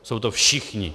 Jsou to všichni.